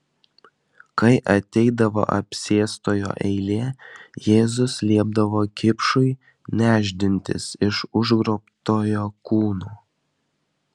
kai ateidavo apsėstojo eilė jėzus liepdavo kipšui nešdintis iš užgrobtojo kūno